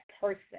person